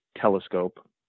telescope